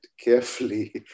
carefully